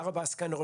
כן, כמובן.